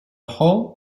whole